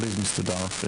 בבקשה מר דארוף.